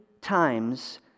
times